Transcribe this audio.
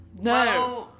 No